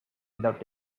without